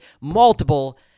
multiple